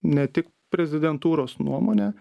ne tik prezidentūros nuomonė